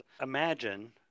imagine